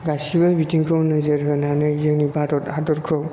गासिबो बिथांखौ नोजोर होनानै जोंनि भारत हादरखौ